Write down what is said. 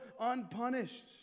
unpunished